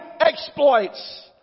exploits